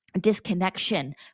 disconnection